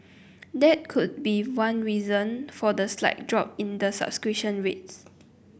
that could be one reason for the slight drop in the subscription rates